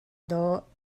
dawh